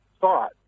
thought